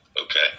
okay